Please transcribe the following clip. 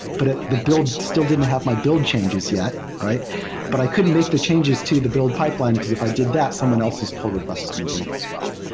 but ah the build still didn't have my build changes yet. but i couldn't make the changes to the build pipeline, because if i did that, someone else's pull request is going to break as well.